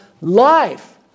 life